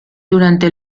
durante